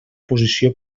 posició